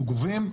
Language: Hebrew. אנחנו גובים,